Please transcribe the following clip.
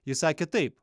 jis sakė taip